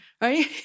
right